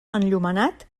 enllumenat